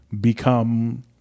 become